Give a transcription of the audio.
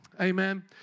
Amen